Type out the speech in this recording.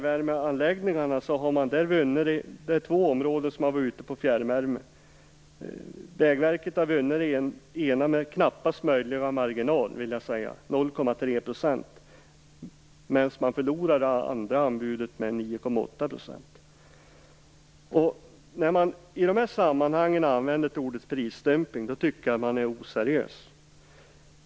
Vägverket har vunnit det ena anbudet med knappast möjliga marginal, 0,3 %, medan det förlorade det andra anbudet med 9,8 %. När man i dessa sammanhang använder ordet prissdumpning, då är man oseriös.